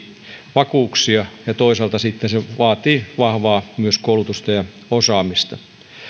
vakuuksia ja toisaalta se vaatii sitten myös vahvaa koulutusta ja osaamista